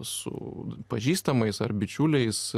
su pažįstamais ar bičiuliais